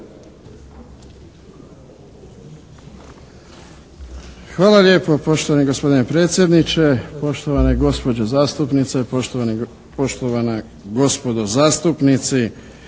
Hvala lijepo poštovani gospodine predsjedniče, poštovane gospođe zastupnice, poštovana gospodo zastupnici.